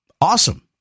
Awesome